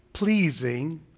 pleasing